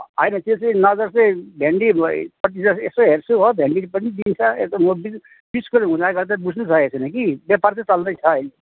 होइन त्यो चाहिँ नजर चाहिँ भिन्डी भए पट्टि चाहिँ यसो हेर्छु है भिन्डीपट्टि पनि दिन्छ यता म बिचकोले हुँदाखेरि चाहिँ बुझ्नु सकेको छुइन कि व्यापार चाहिँ चल्दैछ अहिले